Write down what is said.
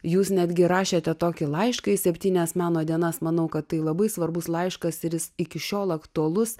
jūs netgi rašėte tokį laišką į septynias meno dienas manau kad tai labai svarbus laiškas ir jis iki šiol aktualus